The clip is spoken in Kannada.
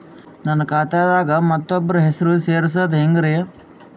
ನನ್ನ ಖಾತಾ ದಾಗ ಮತ್ತೋಬ್ರ ಹೆಸರು ಸೆರಸದು ಹೆಂಗ್ರಿ?